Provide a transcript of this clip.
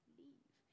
leave